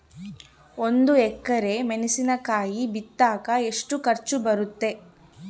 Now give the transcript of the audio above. ಒಂದು ಎಕರೆ ಮೆಣಸಿನಕಾಯಿ ಬಿತ್ತಾಕ ಎಷ್ಟು ಖರ್ಚು ಬರುತ್ತೆ?